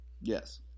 Yes